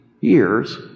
years